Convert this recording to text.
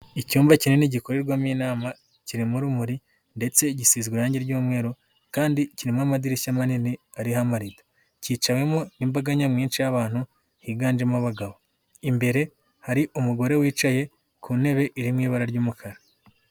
Icyumba kinini gikorerwamo inama kirimo urumuri ndetse gisizwe irange ry'umweru kandi kirimo amadirishya manini ariho amarido, cyicawemo n'imbaga nyamwinshi y'abantu higanjemo abagabo, imbere hari umugore wicaye ku ntebe iri mu ibara ry'umukara.